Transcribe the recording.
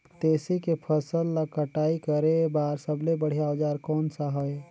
तेसी के फसल ला कटाई करे बार सबले बढ़िया औजार कोन सा हे?